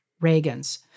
Reagan's